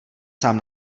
sám